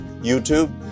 YouTube